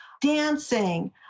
Dancing